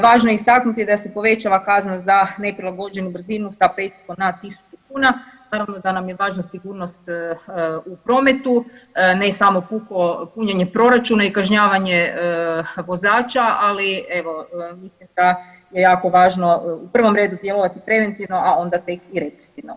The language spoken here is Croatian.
Važno je istaknuti da se povećava kazna za neprilagođenu brzinu sa 500 na 1000 kuna, naravno da nam je važna sigurnost u prometu, ne samo puko punjenje proračuna i kažnjavanje vozača, ali evo, mislim da je jako važno, u prvom redu djelovati preventivno, a onda tek i represivno.